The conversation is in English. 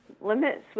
limits